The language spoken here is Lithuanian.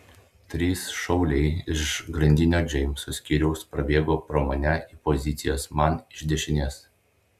trys šauliai iš grandinio džeimso skyriaus prabėgo pro mane į pozicijas man iš dešinės